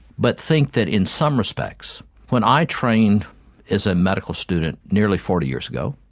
but think that in some respects, when i trained as a medical student nearly forty years ago,